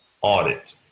audit